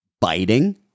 biting